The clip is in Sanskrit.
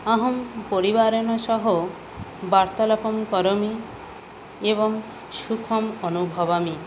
अहं परिवारेण सह वार्तालापं करोमि एवं सुखम् अनुभवामि